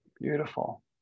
Beautiful